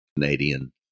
Canadian